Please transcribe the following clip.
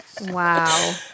Wow